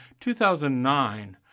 2009